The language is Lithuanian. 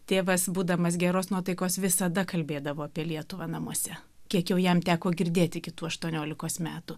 tėvas būdamas geros nuotaikos visada kalbėdavo apie lietuvą namuose kiek jau jam teko girdėti kitų aštuoniolikos metų